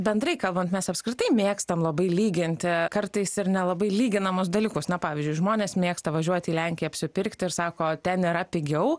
bendrai kalbant mes apskritai mėgstam labai lyginti kartais ir nelabai lyginamus dalykus na pavyzdžiui žmonės mėgsta važiuoti į lenkiją apsipirkti ir sako ten yra pigiau